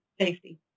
safety